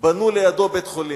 בנו לידו בית-חולים.